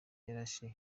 yarashe